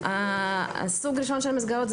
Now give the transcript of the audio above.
סוג ראשון של המסגרות,